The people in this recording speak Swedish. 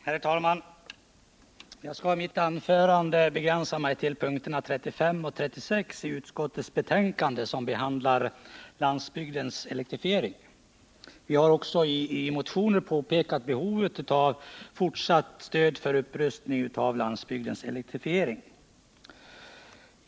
Herr talman! Jag skall i mitt anförande begränsa mig till punkterna 35 och 36 i näringsutskottets betänkande nr 60 som behandlar landsbygdens elektrifiering. Vi har också i motioner påpekat behovet av fortsatt stöd för upprustning av landsbygdens elektrifiering.